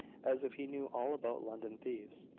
as if he knew all about london thieves.